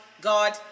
God